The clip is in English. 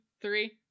three